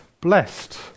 blessed